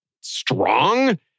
strong